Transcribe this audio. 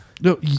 No